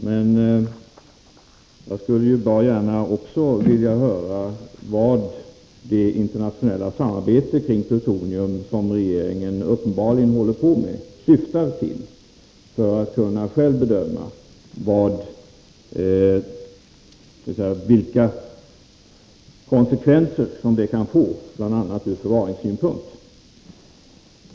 Men jag skulle bra gärna vilja höra vad det internationella samarbete kring plutonium som regeringen uppenbarligen håller på med egentligen syftar till, för att kunna själv bedöma vilka konsekvenser som det kan få, bl.a. ur förvaringssynpunkt.